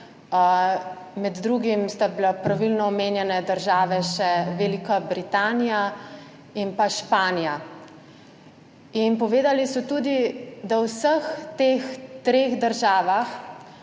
med drugim sta bili pravilno omenjeni državi še Velika Britanija in Španija. Povedali so tudi, da se vse te tri države